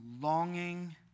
longing